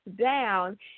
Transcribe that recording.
down